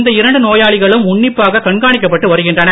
இந்த இரண்டு நோயாளிகளும் உன்னிப்பாக கண்காணிக்கப்பட்டு வருகின்றனர்